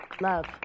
Love